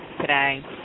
today